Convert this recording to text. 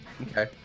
Okay